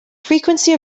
frequency